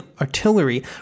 artillery